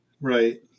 right